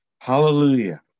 hallelujah